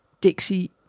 Dixie